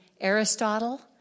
Aristotle